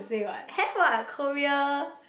have what Korea